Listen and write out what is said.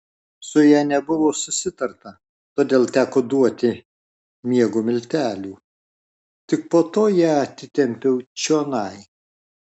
su ja nebuvo susitarta todėl teko duoti miego miltelių tik po to ją atitempiau čionai